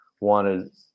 wanted